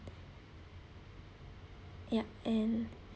yup and